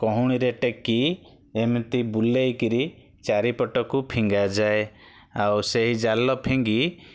କହୁଣିରେ ଟେକି ଏମିତି ବୁଲେଇକିରି ଚାରିପଟକୁ ଫିଙ୍ଗାଯାଏ ଆଉ ସେହି ଜାଲ ଫିଙ୍ଗି